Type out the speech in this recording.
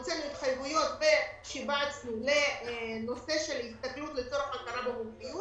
הוצאנו התחייבויות ושיבצנו להסתכלות לצורך הכרה במומחיות